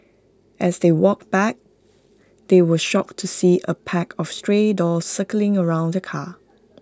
as they walked back they were shocked to see A pack of stray dogs circling around the car